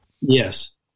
Yes